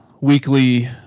weekly